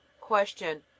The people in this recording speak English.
Question